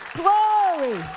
glory